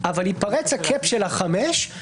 אבל ייפרץ הקאפ של החמישה,